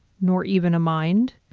nor even a mind.